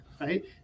Right